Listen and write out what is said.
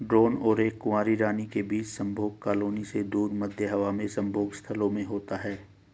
drone और एक कुंवारी रानी के बीच संभोग कॉलोनी से दूर, मध्य हवा में संभोग स्थलों में होता है